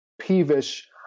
peevish